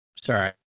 Sorry